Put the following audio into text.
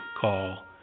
call